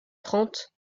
trente